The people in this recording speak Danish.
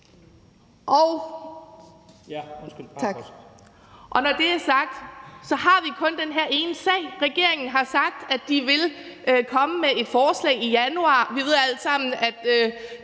når det er sagt, har vi kun den her ene sag. Regeringen har sagt, at den vil komme med et forslag i januar. Vi ved alle sammen, at